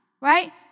right